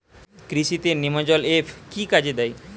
কৃষি তে নেমাজল এফ কি কাজে দেয়?